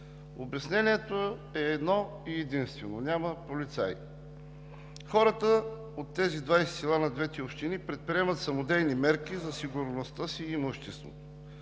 Обяснението е едно-единствено: няма полицаи. Хората от тези 20 села на двете общини предприемат самодейни мерки за сигурността и имуществото